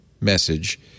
message